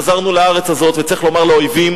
חזרנו לארץ הזאת, וצריך לומר לאויבים